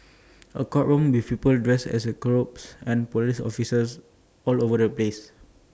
A courtroom with people dressed up in robes and Police officers all over the place